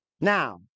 now